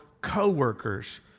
co-workers